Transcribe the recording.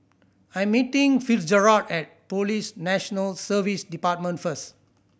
I'm meeting Fitzgerald at Police National Service Department first